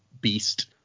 beast